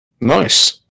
Nice